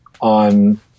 on